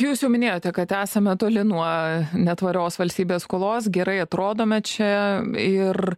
jūs jau minėjote kad esame toli nuo netvarios valstybės skolos gerai atrodome čia ir